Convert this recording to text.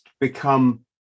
become